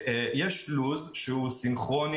יש לו"ז סינכורני